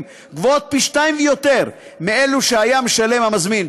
גבוהות פי-שניים ויותר מאלו שהיה משלם המזמין.